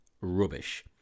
rubbish